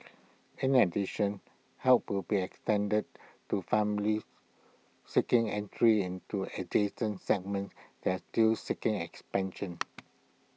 in addition help will be extended to families seeking entry into adjacent segments that are still seeing expansion